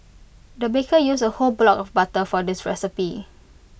the baker used A whole block of butter for this recipe